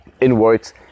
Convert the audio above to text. inwards